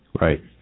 Right